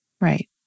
Right